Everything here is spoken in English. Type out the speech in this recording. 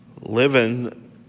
living